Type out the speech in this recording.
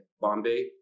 bombay